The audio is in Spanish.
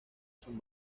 son